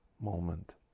moment